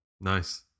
Nice